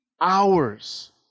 hours